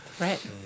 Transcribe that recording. Right